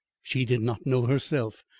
she did not know, herself.